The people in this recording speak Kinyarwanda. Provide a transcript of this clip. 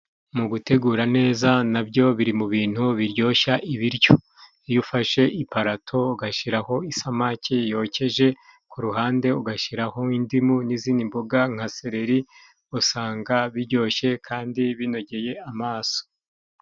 Mu gutegura neza na byo biri mu bintu biryoshya ibiryo. Iyo ufashe iparato ugashyiraho isamake yokeje ku ruhande ugashyiraho indimu n'izindi mboga nka seleri usanga biryoshye kandi binogeye amaso.